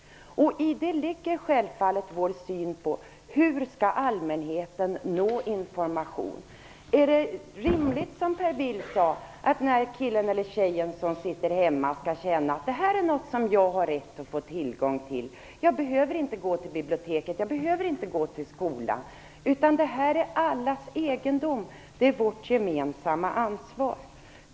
I det ligger självfallet vår syn på hur allmänheten skall nå information. Är det rimligt, som Per Bill sade, att den pojke eller flicka som sitter hemma skall känna att detta är något som man har rätt att få tillgång till, att man inte behöver gå till biblioteket eller skolan, utan att det är allas egendom, vårt gemensamma ansvar?